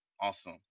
Awesome